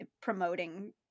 promoting